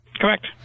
Correct